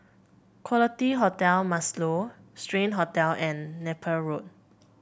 Quality Hotel Marlow Strand Hotel and Napier Road